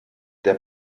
der